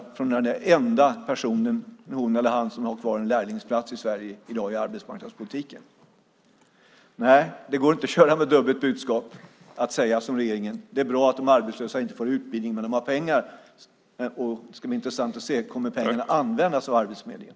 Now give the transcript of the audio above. Det finns en enda person i Sverige som har kvar en lärlingsplats inom arbetsmarknadspolitiken. Nej, det går inte att köra med dubbla budskap och att säga som regeringen att det är bra att de arbetslösa inte får utbildning men att Arbetsförmedlingen har pengar. Det ska bli intressant att se om pengarna kommer att användas av Arbetsförmedlingen.